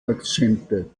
akzente